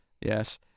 yes